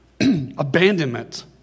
abandonment